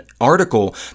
article